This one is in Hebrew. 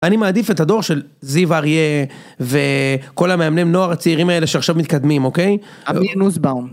אני מעדיף את הדור של זיו אריה וכל המאמני נוער הצעירים האלה שעכשיו מתקדמים, אוקיי? אבי נוסבאום.